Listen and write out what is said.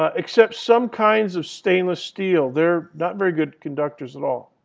ah except some kinds of stainless steel. they're not very good conductors at all.